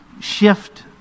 shift